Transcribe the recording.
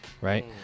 right